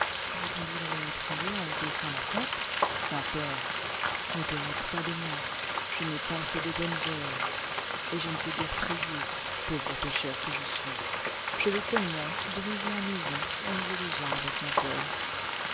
répondit le ménétrier en baissant la tète saint père ne te moques pas de moi je n'ai point fait de bonnes œuvres et je ne sais guère prier pauvre pécheur que je suis je vais seulement de maison en maison amuser les gens avec ma viole